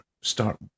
start